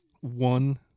one